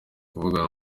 kuvugana